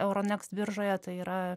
euronekst biržoje tai yra